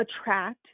attract